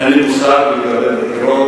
אין לי מושג לגבי הבחירות,